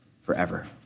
forever